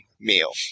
meal